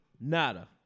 Nada